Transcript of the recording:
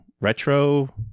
retro